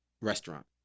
restaurant